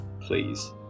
please